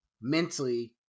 mentally